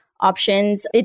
options